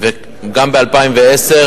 וגם ב-2010.